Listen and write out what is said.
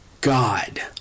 God